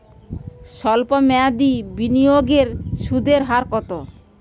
সল্প মেয়াদি বিনিয়োগের সুদের হার কত?